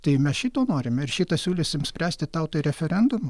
tai mes šito norim ir šitą siūlysim spręsti tautai referendumu